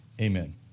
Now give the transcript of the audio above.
amen